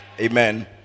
Amen